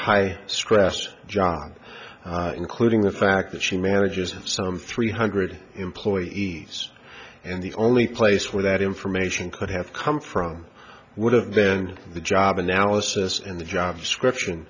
scratched job including the fact that she manages some three hundred employees and the only place where that information could have come from would have then the job analysis and the job description